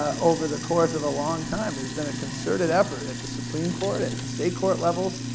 over the course of a long time. there's been a concerted effort at the supreme court, at state-court levels,